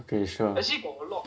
okay sure a lot